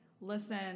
listen